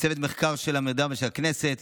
לצוות מרכז המחקר והמידע של הכנסת,